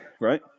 right